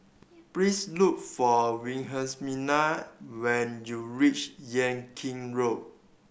please look for Wilhelmina when you reach Yan Kit Road